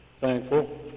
thankful